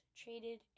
traded